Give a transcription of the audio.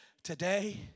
Today